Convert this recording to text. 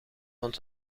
voor